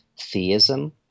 theism